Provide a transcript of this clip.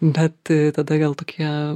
bet tada gal tokie